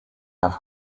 have